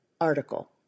article